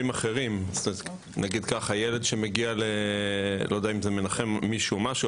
אני לא יודע אם זה מנחם מישהו,